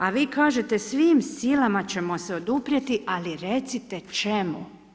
A vi kažete svim silama ćemo se oduprijeti ali recite čemu?